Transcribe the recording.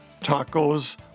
tacos